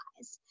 eyes